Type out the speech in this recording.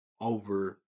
over